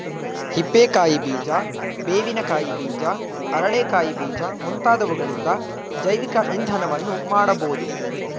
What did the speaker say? ಹಿಪ್ಪೆ ಕಾಯಿ ಬೀಜ, ಬೇವಿನ ಕಾಯಿ ಬೀಜ, ಅರಳೆ ಕಾಯಿ ಬೀಜ ಮುಂತಾದವುಗಳಿಂದ ಜೈವಿಕ ಇಂಧನವನ್ನು ಮಾಡಬೋದು